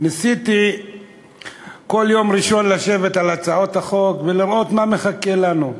ניסיתי בכל יום ראשון לשבת על הצעות החוק ולראות מה מחכה לנו.